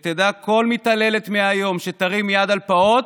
שתדע מהיום כל מתעללת שתרים יד על פעוט,